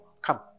Come